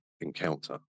encounter